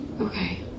Okay